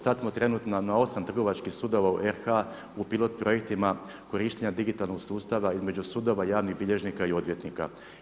Sada smo trenutno na 8 trgovačkih sudova u RH u pilot projektima korištenja digitalnog sustava između sudova, javnih bilježnika i odvjetnika.